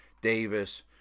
Davis